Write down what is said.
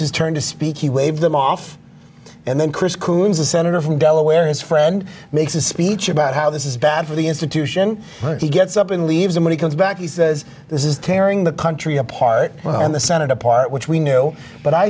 his turn to speak he waved them off and then chris coons the senator from delaware his friend makes a speech about how this is bad for the institution and he gets up and leaves the money comes back he says this is tearing the country apart and the senate apart which we knew but i